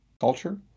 culture